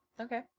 okay